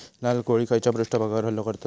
लाल कोळी खैच्या पृष्ठभागावर हल्लो करतत?